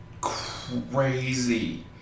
crazy